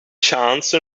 chance